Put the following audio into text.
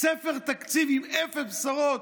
ספר תקציב עם אפס בשורות.